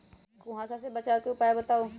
कुहासा से बचाव के उपाय बताऊ?